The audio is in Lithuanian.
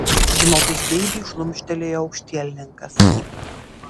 žmogus geibiai šlumštelėjo aukštielninkas